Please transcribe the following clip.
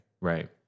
right